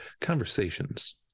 conversations